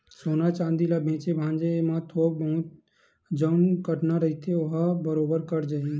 सोना चांदी ल बेंचे भांजे म थोक बहुत जउन कटना रहिथे ओहा बरोबर कट जाही